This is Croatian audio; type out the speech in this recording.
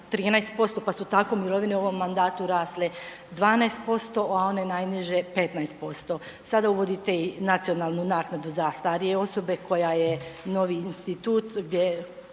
3,13% pa su tako mirovine u ovom mandatu rasle 12%, a one najniže 15%. Sada uvodite i nacionalnu naknadu za starije osobe koja je novi institut gdje,